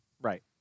Right